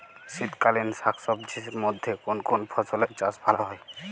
শীতকালীন শাকসবজির মধ্যে কোন কোন ফসলের চাষ ভালো হয়?